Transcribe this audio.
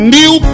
new